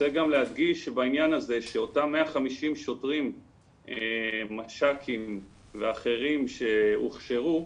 רוצה גם להדגיש בעניין הזה שאותם 150 שוטרים מש"קים ואחרים שהוכשרו,